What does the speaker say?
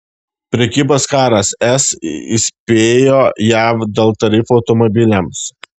prekybos karas es įspėjo jav dėl tarifų automobiliams